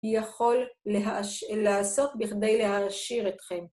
‫היא יכול לעשות בכדי להעשיר אתכם.